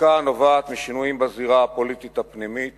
שחיקה הנובעת משינויים בזירה הפוליטית הפנימית